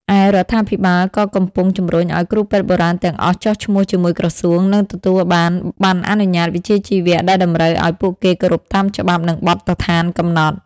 ឯ រដ្ឋាភិបាលក៏កំពុងជំរុញឱ្យគ្រូពេទ្យបុរាណទាំងអស់ចុះឈ្មោះជាមួយក្រសួង និងទទួលបាន ប័ណ្ណអនុញ្ញាតវិជ្ជាជីវៈ ដែលតម្រូវឱ្យពួកគេគោរពតាមច្បាប់ និងបទដ្ឋានកំណត់។